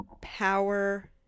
power